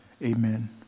Amen